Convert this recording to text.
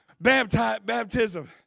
Baptism